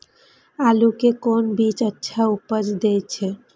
आलू के कोन बीज अच्छा उपज दे छे?